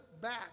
back